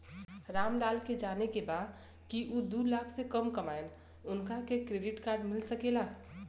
राम लाल के जाने के बा की ऊ दूलाख से कम कमायेन उनका के क्रेडिट कार्ड मिल सके ला?